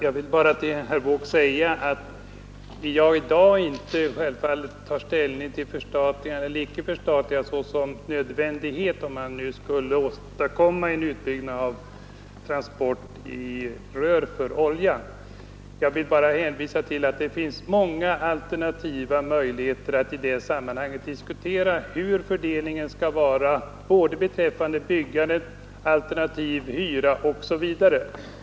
Fru talman! Till herr Wååg vill jag bara säga, att jag självfallet i dag inte tar ställning till frågan om förstatligande eller icke som en nödvändighet, om man nu skulle åstadkomma en utbyggnad av transporterna av olja i rör och inlandsraffinaderi. Jag vill bara hänvisa till att det finns många alternativa möjligheter som i det sammanhanget kan diskuteras, nämligen hur fördelningen skall vara både beträffande byggandet, eventuellt hyrda anläggningar osv.